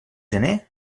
gener